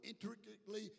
intricately